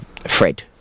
Fred